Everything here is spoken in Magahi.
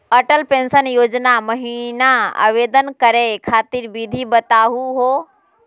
अटल पेंसन योजना महिना आवेदन करै खातिर विधि बताहु हो?